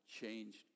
changed